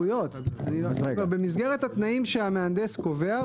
במסגרת התנאים שהמהנדס קובע,